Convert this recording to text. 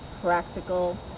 practical